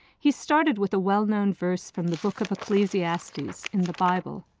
he started with a well-known verse from the book of ecclesiastes in the bible.